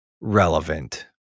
relevant